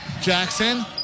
Jackson